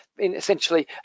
essentially